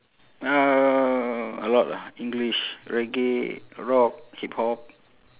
uh a lot ah english reggae rock hip hop